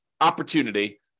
opportunity